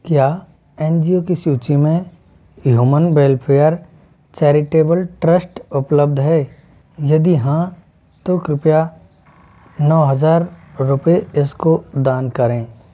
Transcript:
क्या N G O की सूचि में ह्यूमन वेलफेयर चैरिटेबल ट्रस्ट उपलब्ध है यदि हाँ तो कृपया नौ हज़ार रुपये इसको दान करें